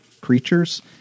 creatures